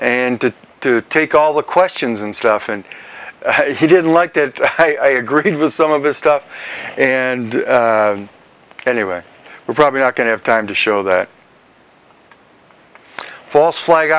and to take all the questions and stuff and he didn't like that i agreed with some of his stuff and anyway we're probably not going to have time to show the false flag